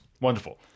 Wonderful